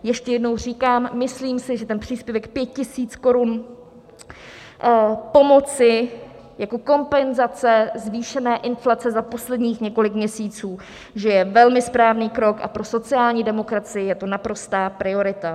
Ještě jednou říkám, myslím si, že ten příspěvek 5 tisíc korun pomoci jako kompenzace zvýšené inflace za posledních několik měsíců je velmi správný krok a pro sociální demokracii je to naprostá priorita.